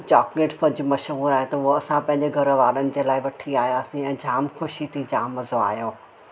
chocolate fudge मशहूरु आहे त उहो असां पंहिंजे घर वारनि जे लाइ वठी आयासीं ऐं जाम ख़शी थी जाम मज़ो आहियो